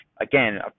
Again